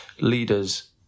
leaders